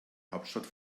hauptstadt